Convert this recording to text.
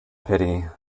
pity